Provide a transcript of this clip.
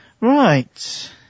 Right